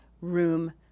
room